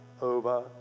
over